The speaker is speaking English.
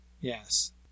Yes